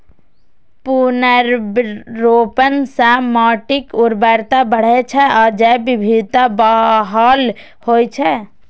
पुनर्वनरोपण सं माटिक उर्वरता बढ़ै छै आ जैव विविधता बहाल होइ छै